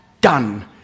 done